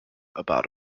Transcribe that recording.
about